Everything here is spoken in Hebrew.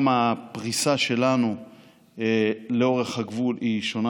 גם הפריסה שלנו לאורך הגבול היא שונה